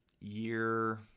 year